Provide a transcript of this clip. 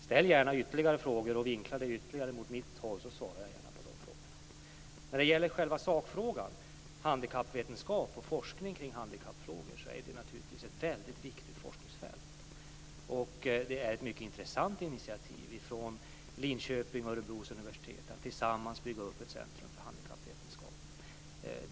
Ställ gärna ytterligare frågor och vinkla det ytterligare mot mitt håll så svarar jag gärna på de frågorna! När det gäller själva sakfrågan är handikappvetenskap och forskning kring handikappfrågor naturligtvis ett väldigt viktigt forskningsfält. Det är ett mycket intressant initiativ från Linköpings och Örebros universitet att tillsammans bygga upp ett centrum för handikappvetenskap.